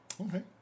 Okay